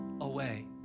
away